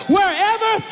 Wherever